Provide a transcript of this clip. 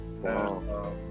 wow